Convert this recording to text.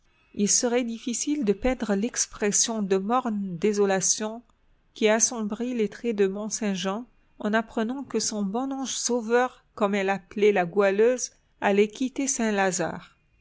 il serait difficile de peindre l'expression de morne désolation qui assombrit les traits de mont-saint-jean en apprenant que son bon ange sauveur comme elle appelait la goualeuse allait quitter saint-lazare